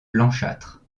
blanchâtre